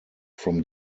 from